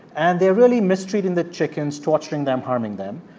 and they're really mistreating the chickens, torturing them, harming them.